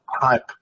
type